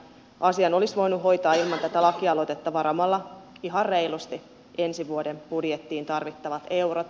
asian olisi voinut hoitaa ilman tätä lakialoitetta varaamalla ihan reilusti ensi vuoden budjettiin tarvittavat eurot